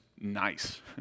nice